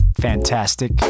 fantastic